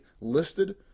listed